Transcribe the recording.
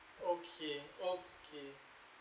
okay okay